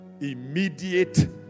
immediate